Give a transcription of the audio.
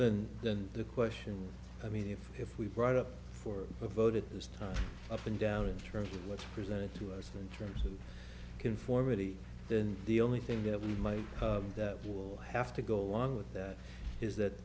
and then the question i mean if if we brought up for a vote at this time up and down in terms of what's presented to us in terms of conformity then the only thing that we might that will have to go along with that is that